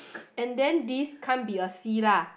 and then this can't be a C lah